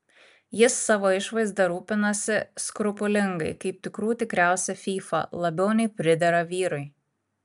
jis savo išvaizda rūpinasi skrupulingai kaip tikrų tikriausia fyfa labiau nei pridera vyrui